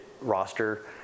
roster